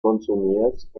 consumidas